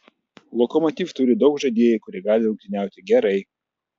lokomotiv turi daug žaidėjų kurie gali rungtyniauti gerai